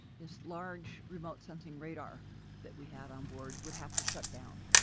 this large remote sensing radar that we had on board would have to shut down.